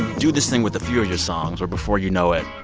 do this thing with a few of your songs where, before you know it,